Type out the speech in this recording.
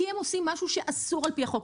כי הם עושים משהו שאסור על פי החוק,